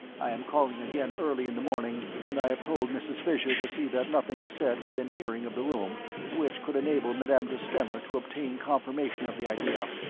i am calling again early in the morning, and i have told mrs. fisher to see that nothing is said within hearing of the room which could enable madame de stamer to obtain confirmation of the idea,